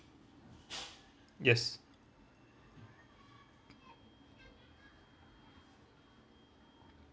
yes